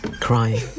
crying